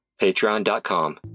patreon.com